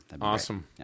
awesome